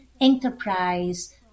enterprise